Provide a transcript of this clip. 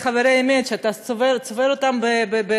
חברי חברי הכנסת, אדוני היושב-ראש,